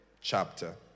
chapter